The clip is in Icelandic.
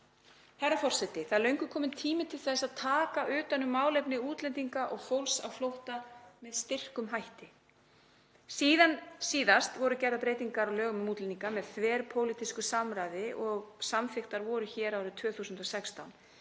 Herra forseti. Það er löngu kominn tími til þess að taka utan um málefni útlendinga og fólks á flótta með styrkum hætti. Síðan síðast voru gerðar breytingar á lögum um útlendinga með þverpólitísku samráði sem samþykktar voru árið 2016